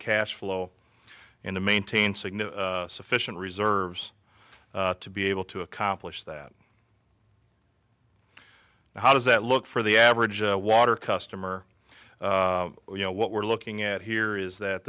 cash flow and to maintain signal sufficient reserves to be able to accomplish that how does that look for the average water customer you know what we're looking at here is that